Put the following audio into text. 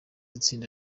itsinda